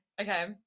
okay